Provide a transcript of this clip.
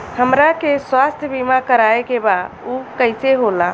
हमरा के स्वास्थ्य बीमा कराए के बा उ कईसे होला?